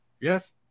Yes